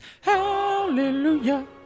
Hallelujah